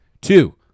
Two